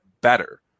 better